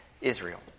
Israel